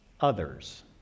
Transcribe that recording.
others